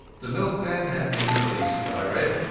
the milkman had been released, i read,